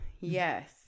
yes